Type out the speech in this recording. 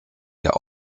der